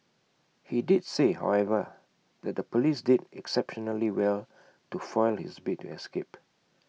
he did say however that the Police did exceptionally well to foil his bid to escape